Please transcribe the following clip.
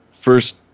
first